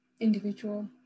individual